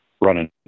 running